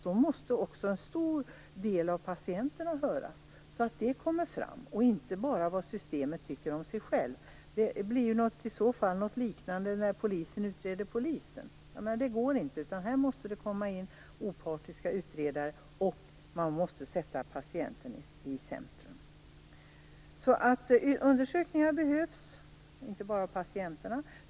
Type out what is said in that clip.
Då måste också en stor del av patienterna höras, så att det inte bara handlar om vad systemet tycker om sig självt. Det blir ungefär som när polisen utreder polisen. Det går inte, utan här måste det komma in opartiska utredare, och man måste sätta patienten i centrum. Undersökningar behövs alltså, inte bara av patienterna.